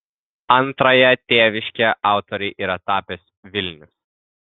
antrąja tėviške autorei yra tapęs vilnius